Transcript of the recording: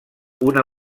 una